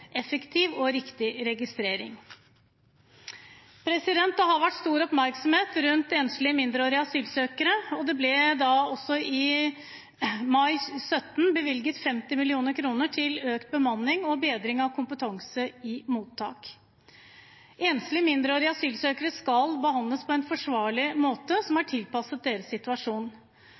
effektiv og riktig registrering. Det har vært stor oppmerksomhet rundt enslige mindreårige asylsøkere, og det ble da også i mai 2017 bevilget 50 mill. kr til økt bemanning og bedring av kompetanse i mottak. Enslige mindreårige asylsøkere skal behandles på en forsvarlig måte som er tilpasset deres situasjon.